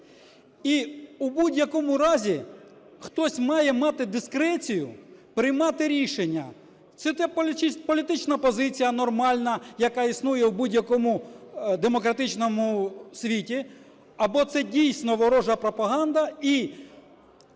І у будь-якому разі хтось має мати дискрецію приймати рішення. Це та політична позиція нормальна, яка існує в будь-якому демократичному світі, або це, дійсно, ворожа пропаганда.